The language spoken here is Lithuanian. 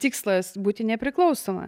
tikslas būti nepriklausoma